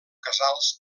casals